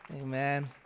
amen